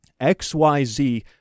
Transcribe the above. XYZ